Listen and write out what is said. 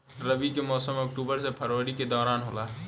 रबी के मौसम अक्टूबर से फरवरी के दौरान होला